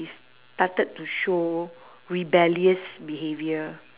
started to show rebellious behaviour